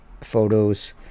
photos